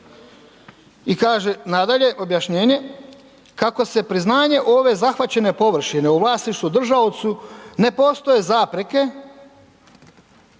i kaže nadalje, objašnjenje kako se priznanje ove zahvaćene površine u vlasništvu držaocu ne postoje zapreke